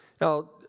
Now